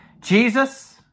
Jesus